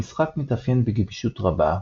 המשחק מתאפיין בגמישות רבה,